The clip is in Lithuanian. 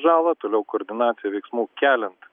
žalą toliau koordinacija veiksmų keliant